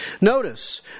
Notice